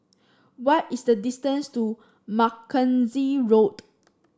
what is the distance to Mackenzie Road